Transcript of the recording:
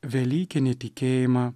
velykinį tikėjimą